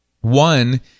One